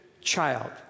child